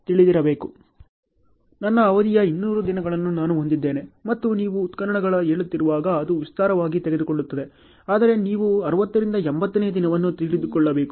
ನಾನು 200 ದಿನಗಳ ಅವಧಿಯನ್ನು ಹೊಂದಿದ್ದೇನೆ ಮತ್ತು ನೀವು ಉತ್ಖನನ ಹೇಳುತ್ತಿರುವಾಗ ಅದು ವಿಸ್ತಾರವಾಗಿ ತೆಗೆದುಕೊಳ್ಳುತ್ತದೆ ಆದರೆ ನೀವು 60 ರಿಂದ 80 ನೇ ದಿನವನ್ನು ತಿಳಿದುಕೊಳ್ಳಬೇಕು